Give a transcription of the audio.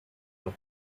who